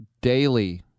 Daily